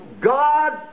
God